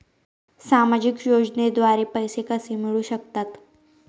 सामाजिक योजनेद्वारे पैसे कसे मिळू शकतात?